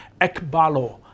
ekbalo